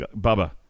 Bubba